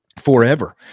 forever